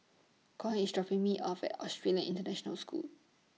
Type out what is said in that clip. Coy IS dropping Me off At Australian International School